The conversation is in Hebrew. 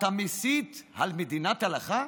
אתה מסית על מדינת הלכה?